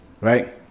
Right